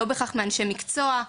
לא בהכרח מאנשי מקצוע,